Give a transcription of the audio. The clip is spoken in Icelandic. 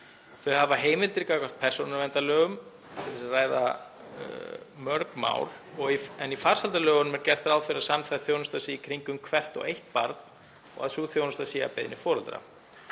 Þau hafa heimildir gagnvart persónuverndarlögum til að ræða mörg mál en í farsældarlögunum er gert ráð fyrir að samþætt þjónusta sé í kringum hvert og eitt barn og að sú þjónusta sé að beiðni foreldra.